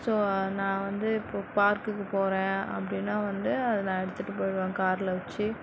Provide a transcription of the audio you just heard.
so நான் வந்து இப்போது பார்க்குக்கு போறேன் அப்படினா வந்து நான் எடுத்துகிட்டு போய்டுவேன் காரில் வச்சு